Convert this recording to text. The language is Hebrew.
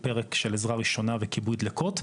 בנוסף עוד איזה שהוא פרק של עזרה ראשונה בכיבוי דלקות.